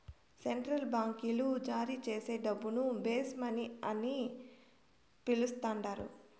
central బాంకీలు జారీచేసే డబ్బును బేస్ మనీ అని పిలస్తండారు